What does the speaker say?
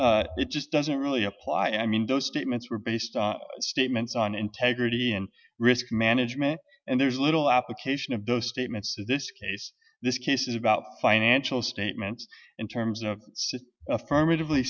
it just doesn't really apply i mean those statements were based on statements on integrity and risk management and there's little application of those statements this case this case is about financial statements in terms of affirmative